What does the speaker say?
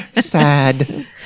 Sad